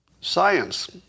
science